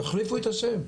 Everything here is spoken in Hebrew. תחליפו את השם.